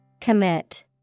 Commit